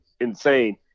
insane